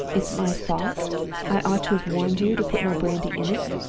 it's my fault i ought to have warned you to put no brandy in it?